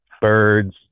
birds